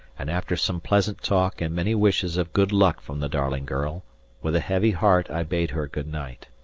and after some pleasant talk and many wishes of good luck from the darling girl, with a heavy heart i bade her good-night.